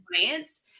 clients